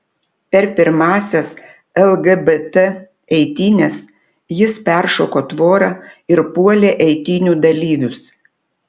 per pirmąsias lgbt eitynes jis peršoko tvorą ir puolė eitynių dalyvius